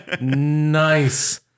Nice